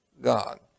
God